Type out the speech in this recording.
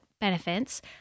benefits